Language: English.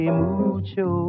mucho